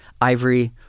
ivory